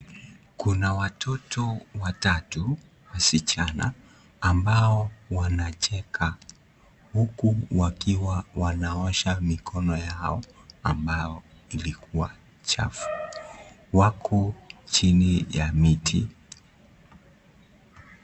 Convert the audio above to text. Kuna watoto watatu wasichana ambao wanacheka huku wakiwa wanaosha mikono yao ambayo ilikuwa chafu. Wako chini ya mti.